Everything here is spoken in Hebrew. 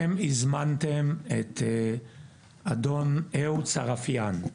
אתם הזמנתם את אדום אהוד סרפיאן,